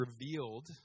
revealed